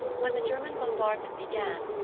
when the german bombardment began,